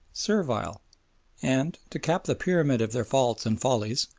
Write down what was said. servile and, to cap the pyramid of their faults and follies,